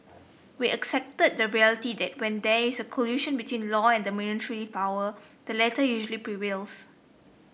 we accept the reality that when there is a collision between law and military power the latter usually prevails